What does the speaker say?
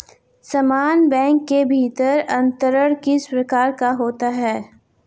समान बैंक के भीतर अंतरण किस प्रकार का होता है?